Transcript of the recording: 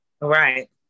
Right